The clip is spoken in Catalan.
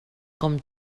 com